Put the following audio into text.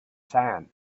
sand